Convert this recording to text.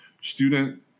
student